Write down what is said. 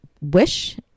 wish